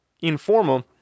informal